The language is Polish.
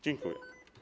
Dziękuję.